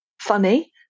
funny